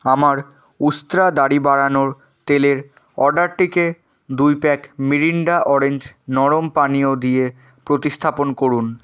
আমার উস্ত্রা দাড়ি বাড়ানোর তেলের অর্ডারটিকে দুই প্যাক মিরিন্ডা অরেঞ্জ নরম পানীয় দিয়ে প্রতিস্থাপন করুন